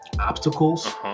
obstacles